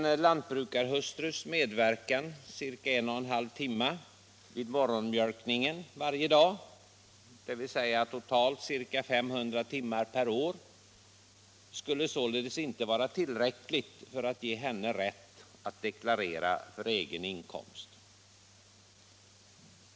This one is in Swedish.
En lantbrukarhustrus medverkan ca en och en halv timme vid morgonmjölkningen varje dag, dvs. totalt ca 500 timmar per år, skulle således inte vara tillräcklig för att ge henne rätt att deklarera för egen inkomst.